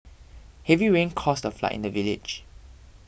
heavy rains caused a flood in the village